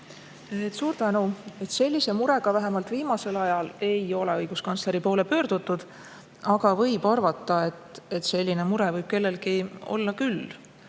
ka? Suur tänu! Sellise murega vähemalt viimasel ajal ei ole õiguskantsleri poole pöördutud, aga võib arvata, et selline mure võib kellelgi olla küll.